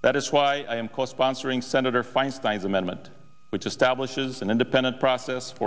that is why i'm co sponsoring senator feinstein's amendment which establishes an independent process for